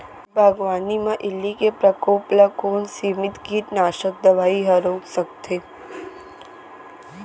बागवानी म इल्ली के प्रकोप ल कोन सीमित कीटनाशक दवई ह रोक सकथे?